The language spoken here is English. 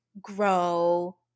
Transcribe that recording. grow